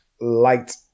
light